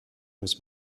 muss